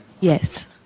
Yes